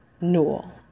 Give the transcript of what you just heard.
Newell